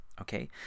Okay